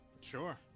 Sure